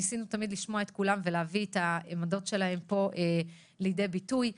ניסינו תמיד לשמוע את כולם ולהביא את העמדות שלהם לידי ביטוי בוועדה.